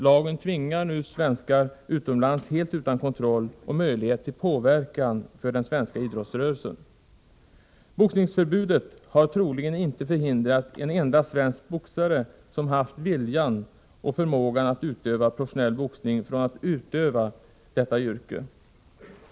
Lagen tvingar nu svenskar utomlands, och den svenska idrottsrörelsen har ingen möjlighet att kontrollera och påverka. Boxningsförbudet har troligen inte förhindrat en enda svensk boxare som haft viljan och förmågan att vara professionell boxare från att utöva detta yrke.